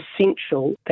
essential